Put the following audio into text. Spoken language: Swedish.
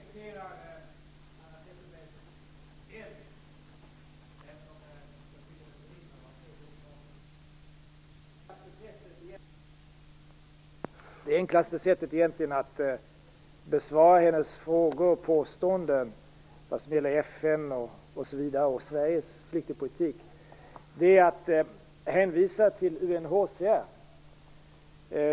Herr talman! Jag respekterar Hanna Zetterbergs eld, men jag tycker att den brinner av fel orsaker. Det enklaste sättet att bemöta Hanna Zetterbergs frågor och påståenden vad gäller FN, Sveriges flyktingpolitik osv. är egentligen att hänvisa till UNHCR.